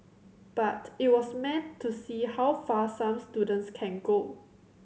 but it was meant to see how far some students can go